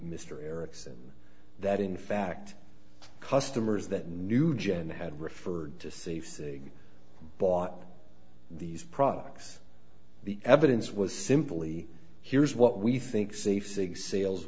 mr erickson that in fact customers that nugent had referred to safe saying bought these products the evidence was simply here's what we think safe cigs sales